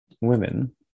women